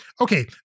okay